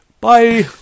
Bye